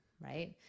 right